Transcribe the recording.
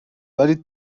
ولی